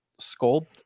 sculpt